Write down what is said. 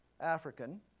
African